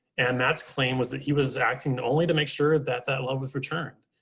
and matt's claim was that he was acting only to make sure that that love was returned.